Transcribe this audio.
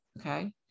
okay